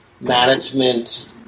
management